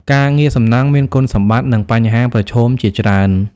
ការងារសំណង់មានគុណសម្បត្តិនិងបញ្ហាប្រឈមជាច្រើន។